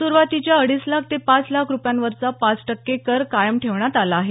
सुरूवातीच्या अडीच लाख ते पाच लाख रूपयांवरचा पाच टक्के कर कायम ठेवण्यात आला आहे